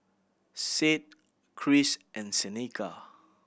Sade Cris and Seneca